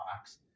box